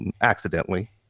accidentally